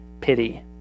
pity